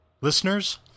Listeners